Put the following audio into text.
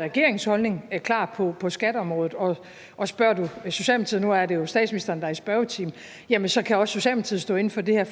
regeringens holdning klar på skatteområdet. Og spørger du Socialdemokratiet – nu er det jo statsministeren, der er i spørgetime – kan også Socialdemokratiet stå inde for det her,